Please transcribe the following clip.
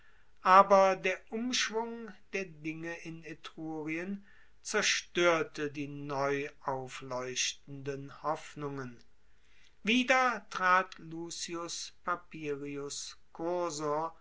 aber der umschwung der dinge in etrurien zerstoerte die neu aufleuchtenden hoffnungen wieder trat lucius papirius